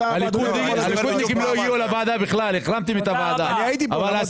אני הייתי פה.